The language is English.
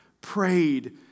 prayed